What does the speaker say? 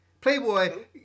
Playboy